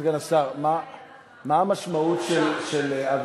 מה זאת אומרת?